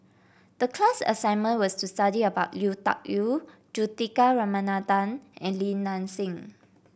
the class assignment was to study about Lui Tuck Yew Juthika Ramanathan and Li Nanxing